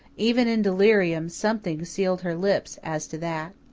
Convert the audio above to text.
even in delirium something sealed her lips as to that.